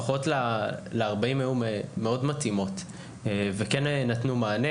לפחות ל-40 הן היו מאוד מתאימות ונתנו מענה,